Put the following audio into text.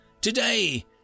Today